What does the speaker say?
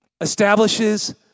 establishes